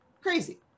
crazy